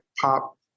pop